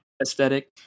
aesthetic